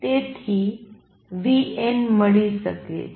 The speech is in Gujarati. તેથી vn મળી શકે છે